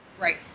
Right